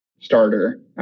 starter